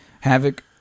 Havoc